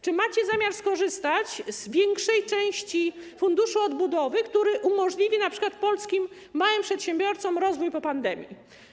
Czy macie zamiar skorzystać z większej części Funduszu Odbudowy, który umożliwi np. polskim małym przedsiębiorcom rozwój po pandemii?